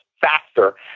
faster